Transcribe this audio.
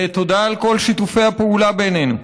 תודה על כל שיתופי הפעולה בינינו,